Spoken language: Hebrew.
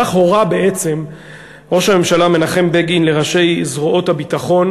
כך הורה ראש הממשלה מנחם בגין לראשי זרועות הביטחון